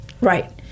Right